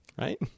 right